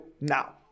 now